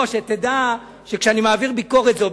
לא, שתדע שכשאני מעביר ביקורת זה אובייקטיבי.